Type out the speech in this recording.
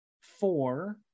four